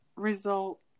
result